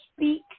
speak